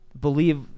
believe